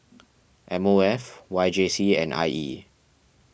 M O F Y J C and I E